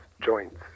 joints